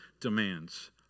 demands